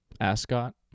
Ascot